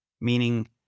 meaning